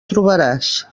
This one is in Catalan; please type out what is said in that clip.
trobaràs